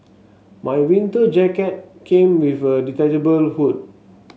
my winter jacket came with a detachable hood